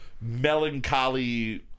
melancholy